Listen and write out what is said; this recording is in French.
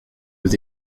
aux